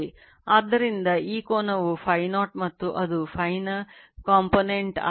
ಆದ್ದರಿಂದ ಈ ಕೋನವು Φ0 ಮತ್ತು ಅದು Φ ನ ಕಾಂಪೊನೆಂಟ್ ಆಗಿದೆ